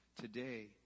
today